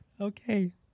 Okay